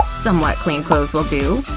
somewhat clean clothes will do.